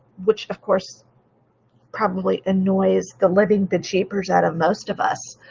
which of course probably annoys the living dead shapers out of most of us,